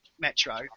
Metro